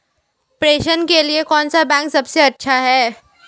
प्रेषण के लिए कौन सा बैंक सबसे अच्छा है?